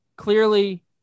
Clearly